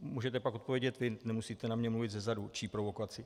Můžete pak odpovědět vy, nemusíte na mě mluvit zezadu, čí provokaci.